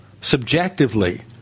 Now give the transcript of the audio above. subjectively